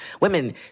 Women